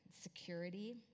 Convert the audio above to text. security